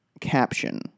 caption